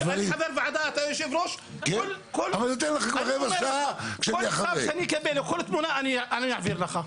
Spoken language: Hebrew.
אתה יושב ראש --- את התמונה אני אעביר לך.